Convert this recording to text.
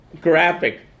graphic